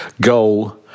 goal